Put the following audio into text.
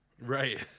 Right